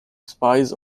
spice